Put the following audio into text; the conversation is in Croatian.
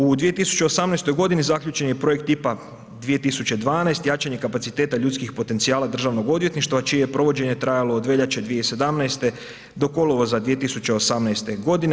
U 2018. godini zaključen je projekt IPA 2012. jačanje kapaciteta ljudskih potencijala državnog odvjetništva čije je provođenje trajalo od veljače 2017. do kolovoza 2018. godine.